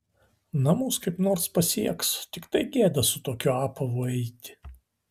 namus kaip nors pasieks tiktai gėda su tokiu apavu eiti